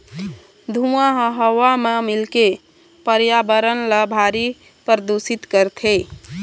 धुंआ ह हवा म मिलके परयाबरन ल भारी परदूसित करथे